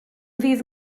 ddydd